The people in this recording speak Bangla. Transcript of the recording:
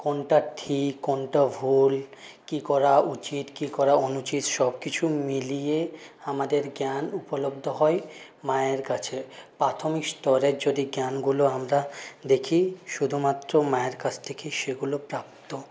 কোনটা ঠিক কোনটা ভুল কী করা উচিত কী করা অনুচিত সবকিছু মিলিয়ে আমাদের জ্ঞান উপলব্ধ হয় মায়ের কাছে প্রাথমিক স্তরের যদি জ্ঞানগুলো আমরা দেখি শুধুমাত্র মায়ের কাছ থেকেই সেগুলো প্রাপ্ত